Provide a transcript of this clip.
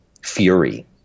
fury